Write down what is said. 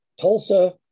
Tulsa